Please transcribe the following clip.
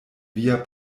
via